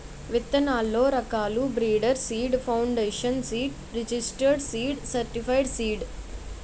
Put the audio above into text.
విత్తనాల్లో రకాలు breeder seed, foundation seed, registered seed, certified seed